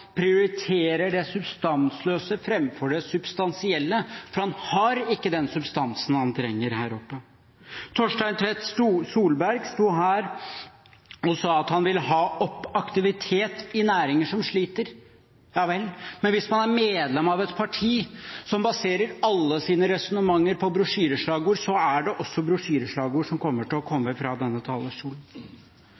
prioriterer det substansløse framfor det substansielle, for han har ikke den substansen han trenger her oppe. Torstein Tvedt Solberg sto her og sa at han ville «ha opp aktiviteten i næringer som sliter». Ja vel. Men hvis man er medlem av et parti som baserer alle sine resonnementer på brosjyreslagord, er det også brosjyreslagord som kommer til å